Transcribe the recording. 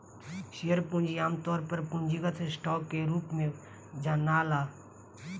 share पूंजी आमतौर पर पूंजीगत स्टॉक के रूप में जनाला